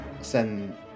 send